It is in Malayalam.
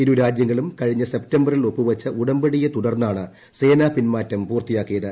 ഇരുരാജ്യങ്ങളും കഴിഞ്ഞ ്സെപ്റ്റംബറിൽ ഒപ്പുവച്ച ഉടമ്പടിയെതുർന്നാണ് സേന പിൻമാറ്റ് പൂർത്തിയാക്കിയത്